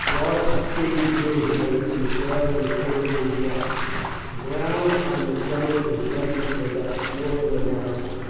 large trees grew here, and the soil was perfectly dry. the ground on the summit was level for about a quarter of a mile,